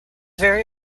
very